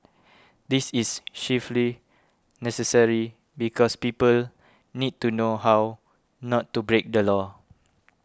this is chiefly necessary because people need to know how not to break the law